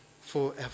forever